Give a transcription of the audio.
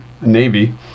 Navy